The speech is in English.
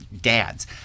dads